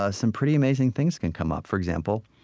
ah some pretty amazing things can come up. for example,